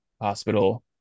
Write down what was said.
hospital